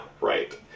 right